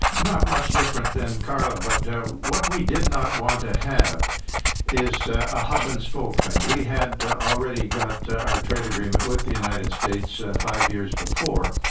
not much different than carla. but what we did not want to have is a hub-and-spoke thing. we had already got our trade agreement with the united states five years before.